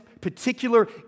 particular